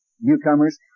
newcomers